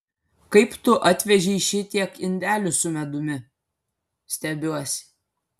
kaip tu atvežei šitiek indelių su medumi stebiuosi